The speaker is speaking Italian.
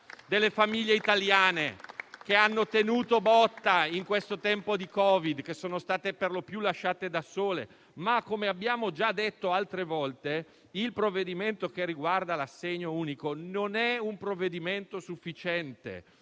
delle famiglie italiane, che hanno tenuto botta in questo tempo di Covid-19 e che state per lo più lasciate da sole. Ma, come abbiamo già detto altre volte, il provvedimento che riguarda l'assegno unico non è sufficiente: